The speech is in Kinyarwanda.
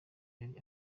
yari